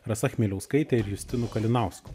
rasa chmieliauskaite ir justinu kalinausku